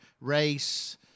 race